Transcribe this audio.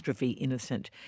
innocent